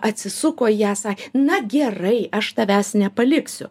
atsisuko į ją esą na gerai aš tavęs nepaliksiu